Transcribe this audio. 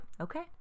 okay